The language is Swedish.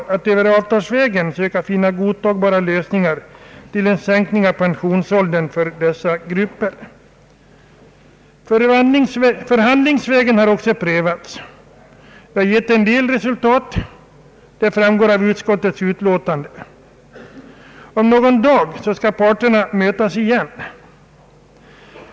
Förhandlingsvägen har också prövats när det gäller att söka finna godtagbara lösningar för en sänkning av pensionsåldern för dessa grupper. Såsom framgår av utskottets utlåtande har man också den vägen nått vissa resultat. Om någon dag skall parterna mötas igen.